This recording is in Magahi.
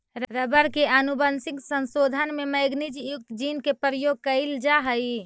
रबर के आनुवंशिक संशोधन में मैगनीज युक्त जीन के प्रयोग कैइल जा हई